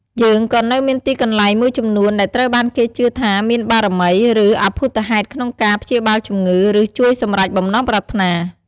យើងក៏នៅមានទីកន្លែងមួយចំនួនដែលត្រូវបានគេជឿថាមានបារមី ឬអព្ភូតហេតុក្នុងការ ព្យាបាលជំងឺ ឬ ជួយសម្រេចបំណងប្រាថ្នា ។